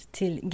till